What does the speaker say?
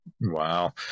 Wow